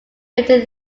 bitten